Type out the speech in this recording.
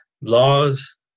laws